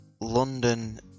London